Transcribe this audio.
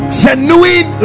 genuine